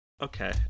Okay